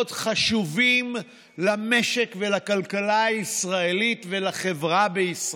חשובים למשק ולכלכלה הישראלית ולחברה בישראל.